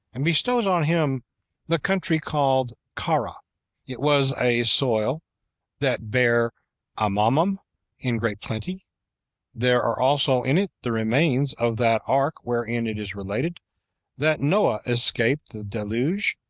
and bestowed on him the country called carra it was a soil that bare amomum in great plenty there are also in it the remains of that ark, wherein it is related that noah escaped the deluge,